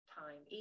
time